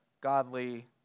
godly